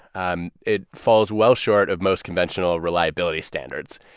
um it falls well short of most conventional reliability standards,